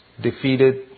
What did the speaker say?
defeated